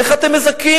איך אתם מזכים?